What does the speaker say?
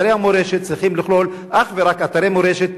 אתרי המורשת צריכים לכלול אך ורק אתרי מורשת